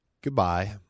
Goodbye